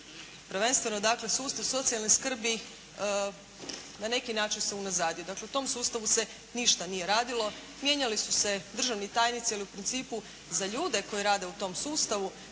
prvenstveno dakle sustav socijalne skrbi na neki način se unazadio. Dakle u tom sustavu se ništa nije radilo, mijenjali su se državni tajnici jer u principu za ljude koji rade u tom sustavu,